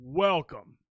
Welcome